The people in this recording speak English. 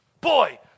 Boy